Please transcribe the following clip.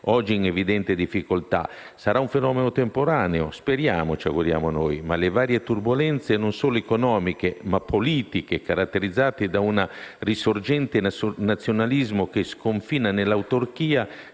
oggi in evidente difficoltà. Sarà un fenomeno temporaneo? Ce lo auguriamo. Ma le varie turbolenze non solo economiche, ma anche politiche, caratterizzate da un risorgente nazionalismo, che sconfina nell'autarchia,